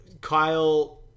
Kyle